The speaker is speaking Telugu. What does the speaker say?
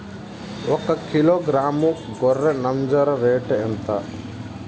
ఒకకిలో గ్రాము గొర్రె నంజర రేటు ఎంత?